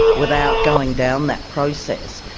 without going down that process,